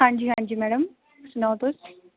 हांजी हांजी मैडम सनाओ तुस